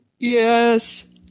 Yes